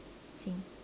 same